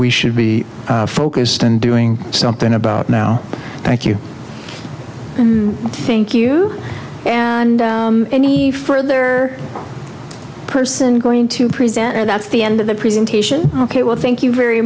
we should be focused and doing something about now thank you i think you and any further person going to present or that's the end of the presentation ok well thank you very